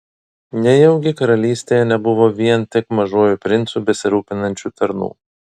nejaugi karalystėje nebuvo vien tik mažuoju princu besirūpinančių tarnų